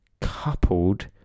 coupled